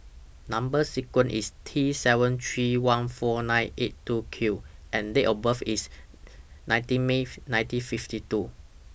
Number sequence IS T seven three one four nine eight two Q and Date of birth IS nineteen May nineteen fifty two